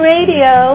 Radio